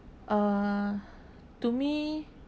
err to me